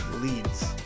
leads